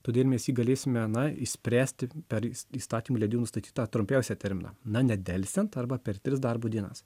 todėl mes jį galėsime na išspręsti per įs įstatymų leidėjo nustatytą trumpiausią terminą na nedelsiant arba per tris darbo dienas